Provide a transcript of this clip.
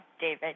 David